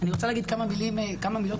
אני רוצה לומר כמה מילות פתיחה,